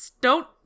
don't-